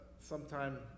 sometime